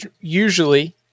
usually